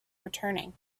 returning